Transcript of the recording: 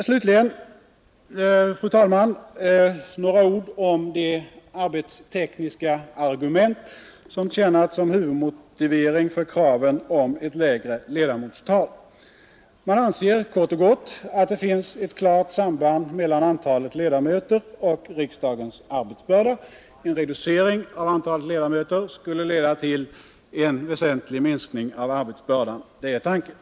Slutligen, fru talman, några ord om de arbetstekniska argument som tjänat som huvudmotivering för kraven på ett lägre ledamotstal. Man anser kort och gott att det finns ett klart samband mellan antalet ledamöter och riksdagens arbetsbörda. En reducering av antalet ledamöter skulle leda till en väsentlig minskning av arbetsbördan — det är tanken.